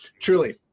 truly